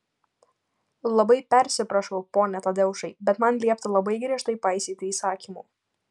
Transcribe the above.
labai persiprašau pone tadeušai bet man liepta labai griežtai paisyti įsakymų